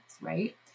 right